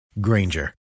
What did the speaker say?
Granger